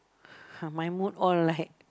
my mood all like